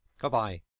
Goodbye